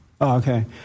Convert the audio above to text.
Okay